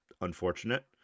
unfortunate